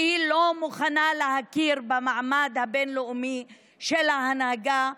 כי היא לא מוכנה להכיר במעמד הבין-לאומי של ההנהגה,